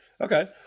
Okay